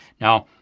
now,